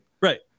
Right